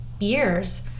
years